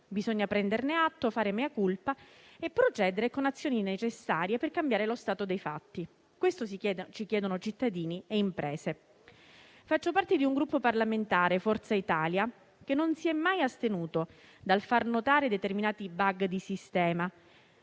Bisogna prenderne atto, fare *mea culpa* e procedere con azioni necessarie per cambiare lo stato dei fatti, come ci chiedono cittadini e imprese. Faccio parte di un Gruppo parlamentare - Forza Italia - che non si è mai astenuto dal far notare determinati *bug* di sistema